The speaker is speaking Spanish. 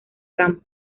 campo